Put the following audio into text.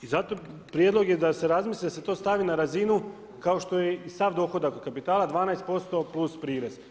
I zato, prijedlog je da se razmisli da se to stavi na razinu kao što je i sav dohodak od kapitala 12% plus prirez.